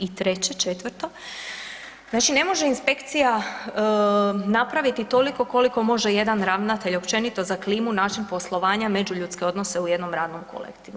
I treće, četvrto znači ne može inspekcija napraviti toliko koliko može jedan ravnatelj općenito za klimu, način poslovanja, međuljudske odnose u jednom radnom kolektivu.